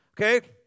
Okay